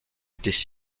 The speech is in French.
étaient